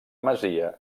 masia